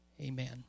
Amen